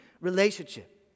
relationship